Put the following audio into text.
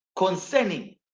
concerning